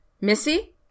Missy